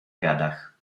gadach